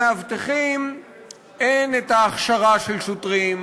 למאבטחים אין את ההכשרה של שוטרים,